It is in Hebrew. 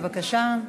בבקשה.